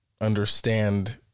understand